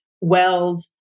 Weld